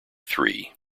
three